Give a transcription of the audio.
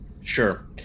Sure